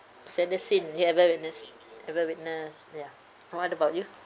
saddest scene you ever witness ever witness ya what about you